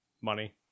money